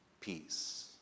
peace